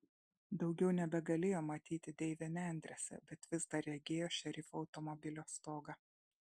daugiau nebegalėjo matyti deivio nendrėse bet vis dar regėjo šerifo automobilio stogą